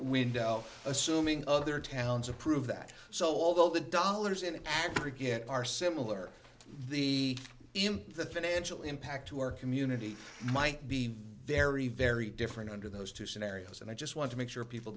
window assuming other towns approve that so although the dollars in it again are similar the impact the financial impact to our community might be very very different under those two scenarios and i just want to make sure people